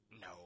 No